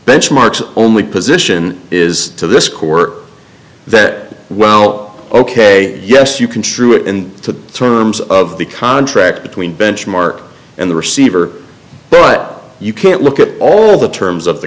benchmarks only position is to this court that well ok yes you can true in the terms of the contract between benchmark and the receiver but you can't look at all the terms of the